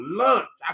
lunch